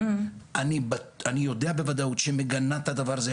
אני יודע בוודאות שהיא מגנה את הדבר הזה,